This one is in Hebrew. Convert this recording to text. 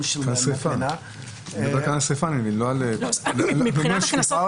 -- כאן מדובר על שריפה אני מבין ולא על -- מבחינת הקנסות,